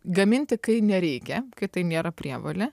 gaminti kai nereikia kai tai nėra prievolė